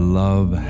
love